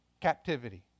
captivity